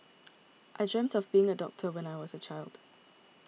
I dreamt of being a doctor when I was a child